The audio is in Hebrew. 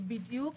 בדיוק